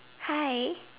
hi